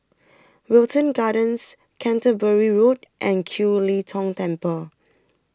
Wilton Gardens Canterbury Road and Kiew Lee Tong Temple